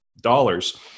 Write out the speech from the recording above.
dollars